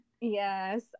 Yes